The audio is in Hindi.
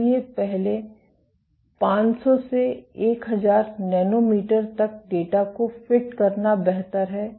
इसलिए पहले 500 से 1000 नैनोमीटर तक डेटा को फिट करना बेहतर है